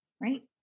right